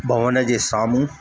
भवन जे साम्हूं